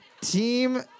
Team